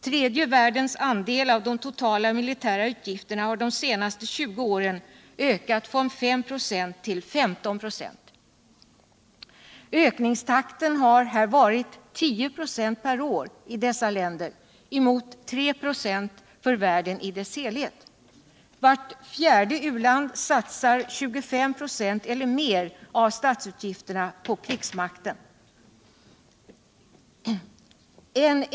Tredje världens andet av de totala militära utgifterna har de senaste 20 åren ökat från 5", till 15 "5. Ökningstakten har här varit 10 ”. per år i dessa länder mot 3 "> för världen i dess helhet. Vart fjärde u-fand satsar 25 "4 eller mer av statsutgifterna på krigsmakten.